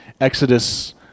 Exodus